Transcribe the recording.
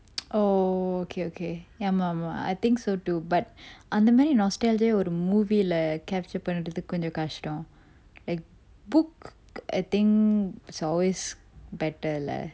oh okay okay ஆமா ஆமா:aama aama I think so too but அந்த மாறி:antha mari nostals eh ஒரு:oru movie lah capture பண்றது கொஞ்சம் கஸ்டம்:panrathu konjam kastam like book I think it's always better lah